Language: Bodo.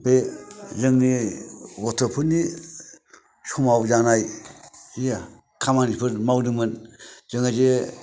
बे जोंनि गथ'फोरनि समाव जानाय जि खामानिफोर मावदोंमोन जोङो जे